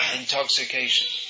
intoxication